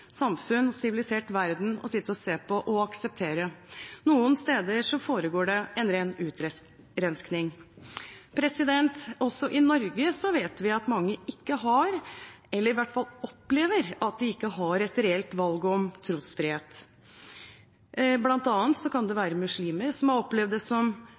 samfunn og en sivilisert verden å sitte og se på og akseptere. Noen steder foregår det en ren utrensking. Også i Norge vet vi at mange ikke har, eller i hvert fall opplever at de ikke har, et reelt valg om trosfrihet. Blant annet kan det være muslimer som har opplevd det som